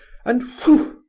and, wheugh!